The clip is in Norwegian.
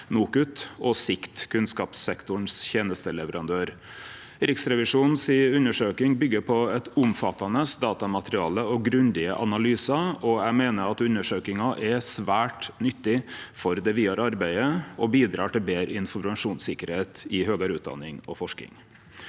NOKUT og Sikt – kunnskapssektorens tenesteleverandør. Riksrevisjonens undersøking bygger på eit omfattande datamateriale og grundige analysar. Eg meiner at undersøkinga er svært nyttig for det vidare arbeidet og bidreg til betre informasjonssikkerheit i høgare utdanning og forsking.